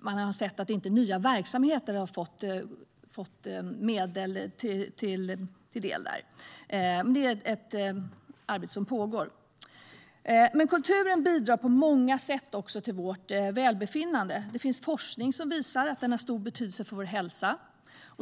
Man har även sett att nya verksamheter inte har fått medel till del. Det är ett arbete som pågår. Kulturen bidrar på många sätt till vårt välbefinnande. Det finns forskning som visar att den har stor betydelse för vår hälsa.